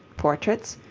portraits,